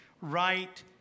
right